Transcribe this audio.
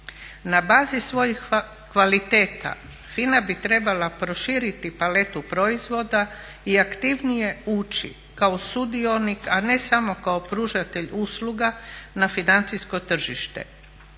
Na bazi svojih kvaliteta FINA bi trebala proširiti paletu proizvoda i aktivnije ući kao sudionik, a ne samo kao pružatelj usluga na financijsko tržište.